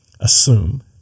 assume